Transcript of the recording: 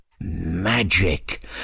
magic